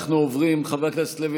חבר הכנסת לוי,